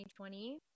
2020